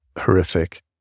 horrific